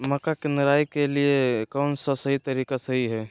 मक्का के निराई के लिए कौन सा तरीका सही है?